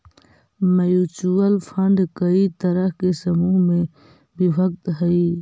mutual fund कई तरह के समूह में विभक्त हई